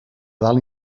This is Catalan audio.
dalt